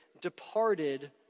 departed